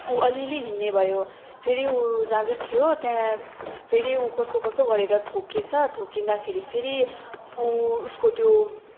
उ अलिलि हिँड्ने भयो फेरि उ जाँदै थियो त्यहाँ फेरि उ कसोकसो गरेर ठोक्किएछ ठोक्किँदाखेरि फेरि उ उसको त्यो